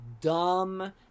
dumb